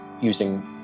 using